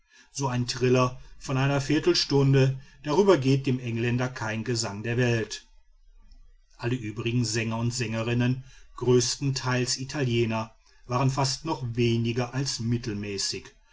so ein triller von einer viertelstunde darüber geht dem egländer kein gesang der welt alle übrigen sänger und sängerinnen größtenteils italiener waren fast noch weniger als mittelmäßig